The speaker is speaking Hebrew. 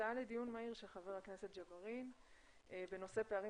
הצעה לדיון מהיר של חבר הכנסת ג'בארין בנושא פערים